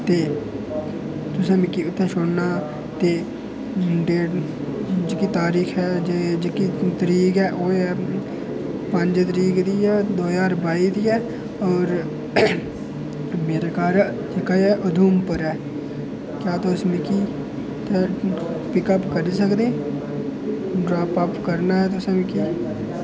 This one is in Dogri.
ते तुसें मिकी उत्थै छोड़ना ते ते जेह्की तरीक ऐ ओह् ऐ पंज तरीक दी ऐ दो ज्हार बाई दी ऐ और मेरा घर जेह्का ऐ उधमपुर ऐ क्या तोस मिगी पिक अप्प करी सकदे ड्रराप अप्प करना ऐ तुसें मिकी